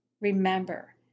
remember